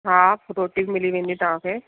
हा रोटी बि मिली वेंदी तव्हांखे